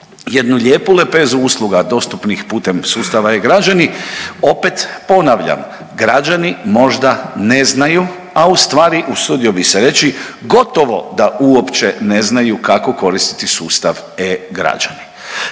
jednu lijepu lepezu usluga dostupnih putem sustava e-građani, opet ponavljam građani možda ne znaju, a ustvari usudio bi se reći gotovo da uopće ne znaju kako koristiti sustav e-građani.